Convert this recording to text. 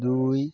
দুই